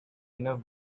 enough